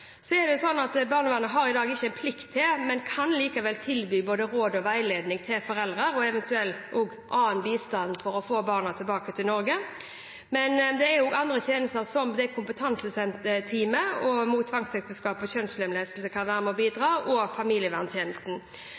Barnevernet har i dag ikke en plikt til å gi, men de kan likevel tilby, råd og veiledning til foreldre, og eventuelt annen bistand for å få barna tilbake til Norge. Men det er også andre tjenester, som kompetanseteamet mot tvangsekteskap og kjønnslemlestelse, som kan være med og bidra, og familieverntjenesten.